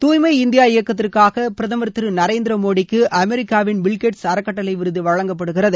தூய்மை இந்தியா இயக்கத்திற்காக பிரதமர் திரு நரேந்திர மோடிக்கு அமெரிக்காவின் பில்கேட்ஸ் அறக்கட்டளை விருது வழங்கப்படுகிறது